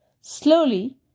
Slowly